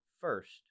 first